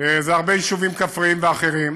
זה הרבה יישובים כפריים ואחרים,